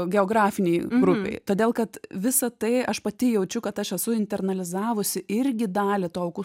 geografinei grupei todėl kad visa tai aš pati jaučiu kad aš esu internalizavusi irgi dalį to aukų